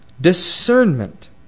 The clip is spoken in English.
discernment